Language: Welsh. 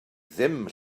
ddim